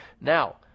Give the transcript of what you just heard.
now